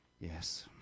Yes